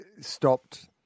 stopped